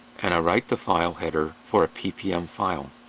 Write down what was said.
and i write the file header for a ppm file.